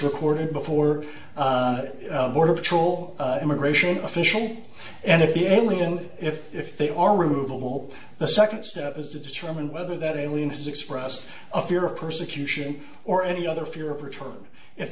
recorded before border patrol immigration officials and if the alien if if they are removeable the second step is to determine whether that alien has expressed a fear of persecution or any other fear of return if